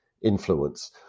influence